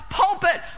pulpit